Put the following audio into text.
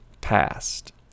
past